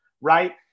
right